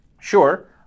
Sure